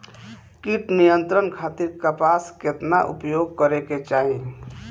कीट नियंत्रण खातिर कपास केतना उपयोग करे के चाहीं?